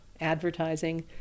advertising